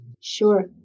Sure